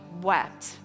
wept